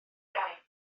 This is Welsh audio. gaib